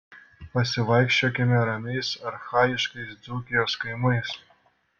pasivaikščiokime ramiais archaiškais dzūkijos kaimais